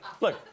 Look